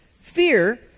Fear